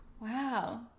Wow